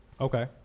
okay